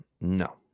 no